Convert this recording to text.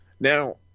Now